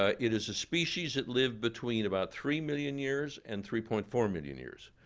ah it is a species that lived between about three million years and three point four million years.